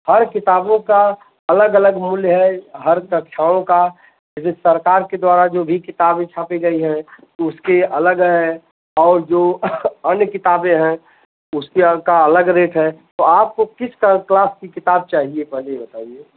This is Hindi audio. हर किताबों का अलग अलग मूल्य है हर कक्षाओं का यदि सरकार के द्वारा जो भी किताबे छापे गए हैं उसके अलग हैं और जो अन्य किताबें हैं उसका अलग रेट है तो आपको किस क्लास की किताब चाहिए पहले ये बताइये